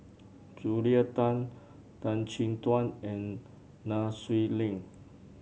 Julia Tan Tan Chin Tuan and Nai Swee Leng